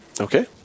okay